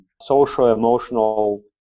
social-emotional